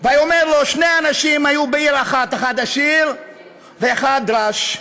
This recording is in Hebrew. ויאמר לו שני אנשים היו בעיר אחת אחד עשיר ואחד ראש.